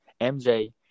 MJ –